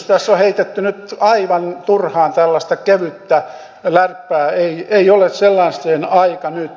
tässä on heitetty nyt aivan turhaan tällaista kevyttä läppää ei ole sellaisen aika nyt